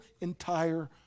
entire